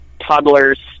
toddlers